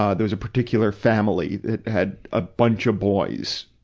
ah there was a particular family that had a bunch of boys,